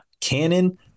canon